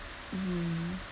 mm